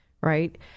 right